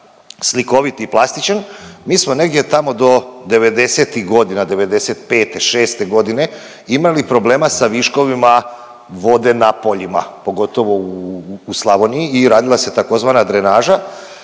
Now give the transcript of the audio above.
slikovit i plastičan, mi smo negdje tamo do 90-ih godina, '95., 6. godine imali problema sa viškovima vode na poljima, pogotovo u Slavoniji i radila se tzv. drenaža